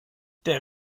der